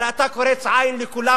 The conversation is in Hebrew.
הרי אתה קורץ עין לכולם,